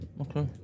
Okay